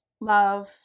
love